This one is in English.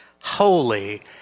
holy